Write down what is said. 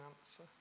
answer